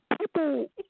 people